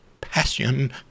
passion